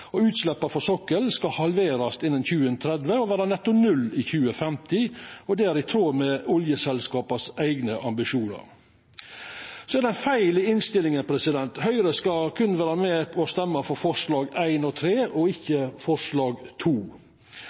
Utsleppa frå sokkelen skal halverast innan 2030 og vera netto null i 2050, som er i tråd med oljeselskapa sine eigne ambisjonar. Så er det ein feil i innstillinga: Høgre skal berre vera med på å stemma for forslag nr. 1 og nr. 3 og ikkje forslag